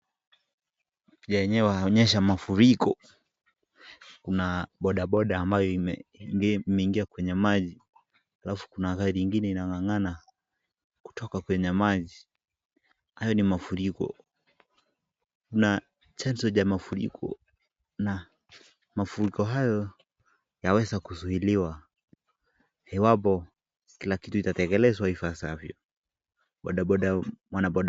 Yenyewe inaonyesha mafuriko. Kuna bodaboda ambayo imeingia kwenye maji. Alafu kuna gari ingine inang'ang'ana kutoka kwenye maji. Hayo ni mafuriko. Kuna chanzo cha mafuriko na mafuriko hayo yaweza kuzuiiliwa iwapo kila kitu itatekelezwa ipasavyo. Bodaboda, mwana bodaboda.